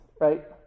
right